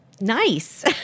nice